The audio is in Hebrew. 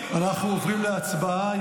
אנחנו עוברים להצבעה.